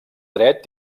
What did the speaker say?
dret